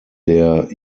der